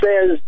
says